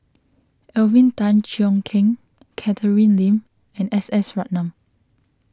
Alvin Tan Cheong Kheng Catherine Lim and S S Ratnam